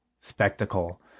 spectacle